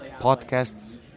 podcasts